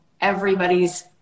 everybody's